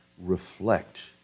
reflect